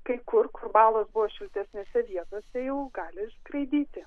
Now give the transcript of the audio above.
kai kur kur balos buvo šiltesnėse vietose jau gali ir skraidyti